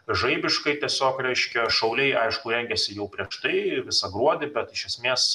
žaibiškai tiesiog reiškia šauliai aišku rengiasi jau prieš tai visą gruodį bet iš esmės